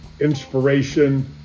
inspiration